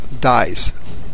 dies